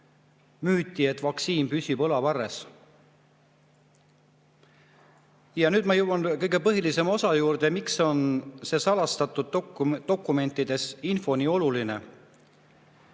müüti, et vaktsiin püsib õlavarres. Nüüd ma jõuan kõige põhilisema osa juurde. Miks on see salastatud dokumentides olev info nii oluline